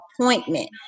appointment